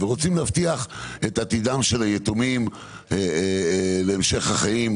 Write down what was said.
ורוצים להבטיח את עתידם של היתומים להמשך החיים.